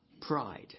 pride